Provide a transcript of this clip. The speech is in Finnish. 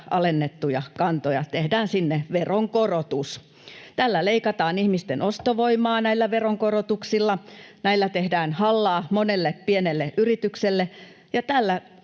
alennettuja kantoja, tehdään sinne veronkorotus. Näillä veronkorotuksilla leikataan ihmisten ostovoimaa, näillä tehdään hallaa monelle pienelle yritykselle